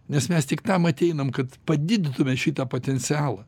nes mes tik tam ateinam kad padidintume šitą potencialą